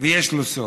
ויש לו סוף.